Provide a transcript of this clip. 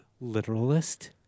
literalist